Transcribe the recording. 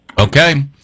Okay